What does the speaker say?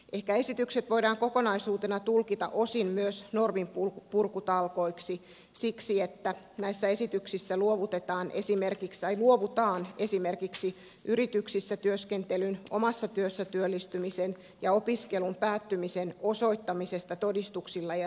ehkä esitykset voidaan kokonaisuutena tulkita osin myös norminpurkutalkoiksi siksi että näissä esityksissä luovutaan esimerkiksi yrityksissä työskentelyn omassa työssä työllistymisen ja opiskelun päättymisen osoittamisesta todistuksilla ja selvityksillä